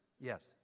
Yes